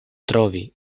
trovi